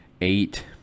eight